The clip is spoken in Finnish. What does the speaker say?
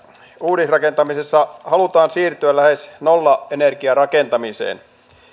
uudisrakentamisessa halutaan siirtyä lähes nollaenergiarakentamiseen